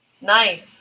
Nice